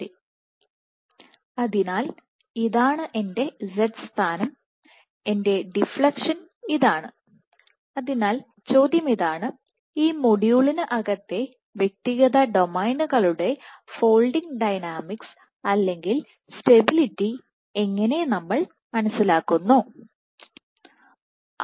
ശരി അതിനാൽ ഇതാണ് എൻറെ Z സ്ഥാനം ഇതാണ് എൻറെഡിഫ്ലെക്ഷൻ അതിനാൽ ചോദ്യമിതാണ് ഈ മോഡ്യൂളിന് അകത്തെ വ്യക്തിഗത ഡൊമെയ്നുകളുടെ ഫോൾഡിങ് ഡൈനാമിക്സ് അല്ലെങ്കിൽ സ്റ്റബിലിറ്റി എങ്ങനെ നമ്മൾ മനസ്സിലാക്കുന്നു എന്നതാണ്